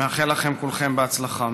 אני מאחל לכם כולכם הצלחה.